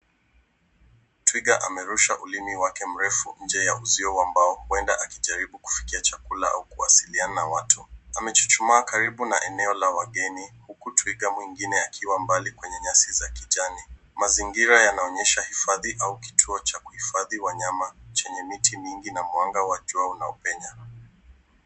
Twiga amerusha ulimi wake mrefu nje ya uzio wa mbao huenda akijaribu kufikia chakula au kuwasiliana na watu. Amechuchumaa karibu na eneo la wageni huku twiga mwingine akiwa mbali kwenye nyasi za kijani. Mazingira yanaonyesha hifadhi au kituo cha kuhifadhi wanyama chenye miti mwingi na mwanga wa jua unaomenya.